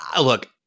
look